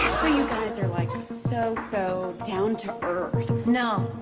i. you guys are, like, so, so down to earth. no,